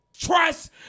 Trust